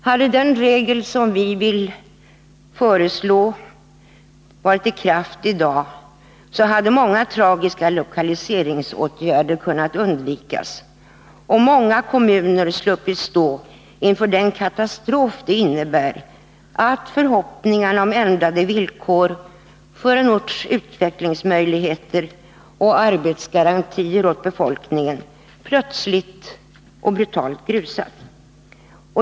Hade den regel som vi vill föreslå varit i kraft i dag, hade många tragiska lokaliseringsåtgärder kunnat undvikas och många kommuner sluppit stå inför den katastrof som det innebär att förhoppningarna om ändrade villkor för en orts utvecklingsmöjligheter och arbetsgarantier åt befolkningen plötsligt och brutalt grusas.